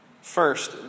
First